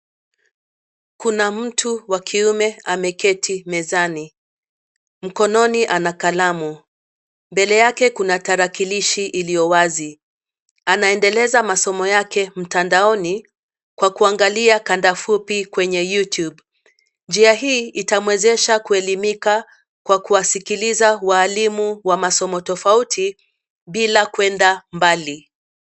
Kuna mtu wa kiume ameketi mezani. Mkononi ana kalamu. Mbele yake kuna tarakilishi iliyo wazi. Anaendeleza masomo yake mtandaoni, kwa kuangalia kanda fupi kwenye YouTube . Njia hii, itamwezesha kuelimika, kwa kuwasikiliza walimu wa masomo tofauti, bila kwenda mbali.